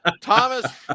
Thomas